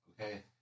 okay